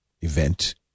event